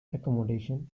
accommodation